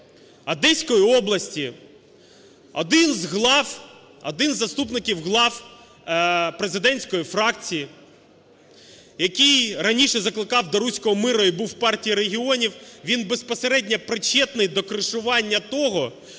Одеської області один з глав, один із заступників глав президентської фракції, який раніше закликав до "руського миру" і був в Партії регіонів, він безпосередньо причетний до кришування того,